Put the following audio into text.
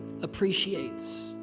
appreciates